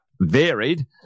varied